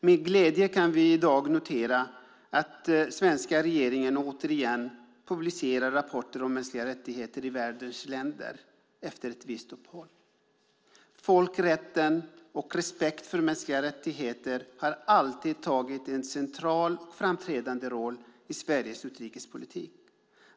Med glädje kan vi i dag notera att regeringen återigen publicerar rapporter om mänskliga rättigheter i världens länder efter ett visst uppehåll. Folkrätten och respekt för mänskliga rättigheter har alltid spelat en central och framträdande roll i Sveriges utrikespolitik.